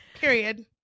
Period